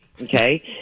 okay